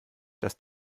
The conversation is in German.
das